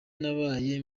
nabaye